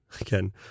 again